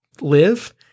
live